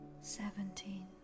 seventeen